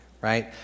right